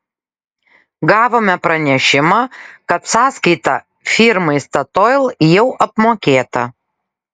gavome pranešimą kad sąskaita firmai statoil jau apmokėta